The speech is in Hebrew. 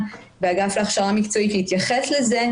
באגף להכשרה מקצועית להתייחס לזה,